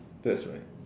that's right